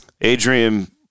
Adrian